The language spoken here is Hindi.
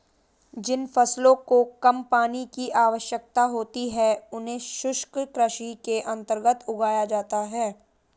जिन फसलों को कम पानी की आवश्यकता होती है उन्हें शुष्क कृषि के अंतर्गत उगाया जाता है